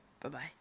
Bye-bye